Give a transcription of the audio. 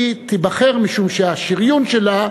היא תיבחר משום שהשריון שלה,